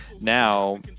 now